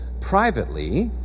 privately